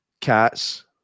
cats